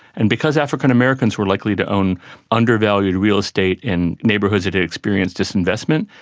and because african americans were likely to own undervalued real estate in neighbourhoods that had experienced disinvestment,